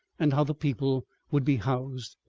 and how the people would be housed.